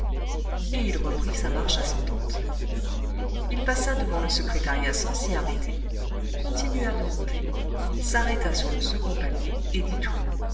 et il reprit sa marche ascendante il passa devant le secrétariat sans s'y arrêter continua de monter s'arrêta sur le second palier et dit